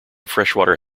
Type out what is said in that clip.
freshwater